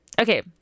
Okay